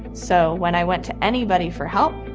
so when i went to anybody for help,